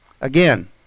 Again